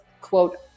quote